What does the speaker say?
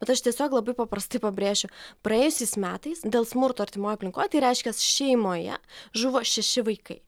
bet aš tiesiog labai paprastai pabrėšiu praėjusiais metais dėl smurto artimoje aplinkoje tai reiškia šeimoje žuvo šeši vaikai